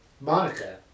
Monica